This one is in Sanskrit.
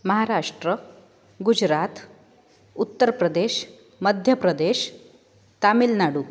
महाराष्ट्रः गुजरात् उत्तरप्रदेशः मध्यप्रदेशः तामिल्नाडु